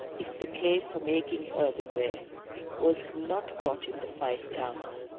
if the clay for making earthenware was not got in the five towns,